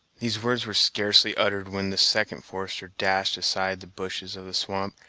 these words were scarcely uttered when the second forester dashed aside the bushes of the swamp,